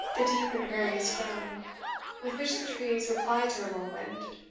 the deep and various groan with which the trees replied to the whirlwind,